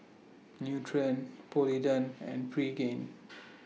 Nutren Polident and Pregain